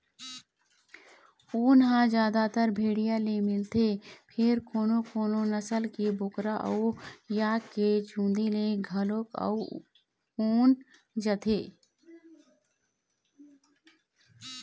ऊन ह जादातर भेड़िया ले मिलथे फेर कोनो कोनो नसल के बोकरा अउ याक के चूंदी ले घलोक ऊन बनाए जाथे